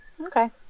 Okay